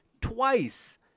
twice